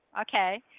Okay